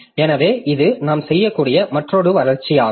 எனவே இது நாம் செய்யக்கூடிய மற்றொரு வளர்ச்சியாகும்